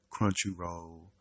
Crunchyroll